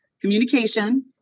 communication